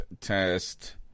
test